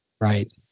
Right